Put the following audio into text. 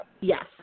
Yes